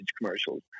commercials